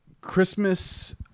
Christmas